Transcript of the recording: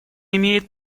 имеет